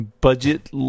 budget